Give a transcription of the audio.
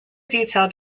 detailed